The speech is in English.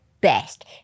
best